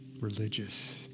religious